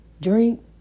drink